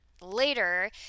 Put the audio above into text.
later